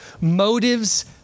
Motives